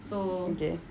okay